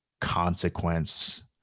consequence